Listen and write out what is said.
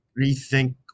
rethink